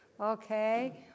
Okay